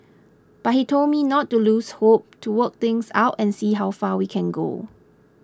but he told me not to lose hope to work things out and see how far we can go